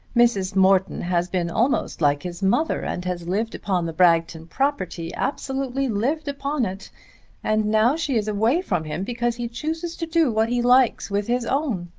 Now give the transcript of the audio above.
mrs. morton has been almost like his mother, and has lived upon the bragton property absolutely lived upon it and now she is away from him because he chooses to do what he likes with his own.